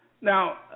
Now